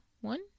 one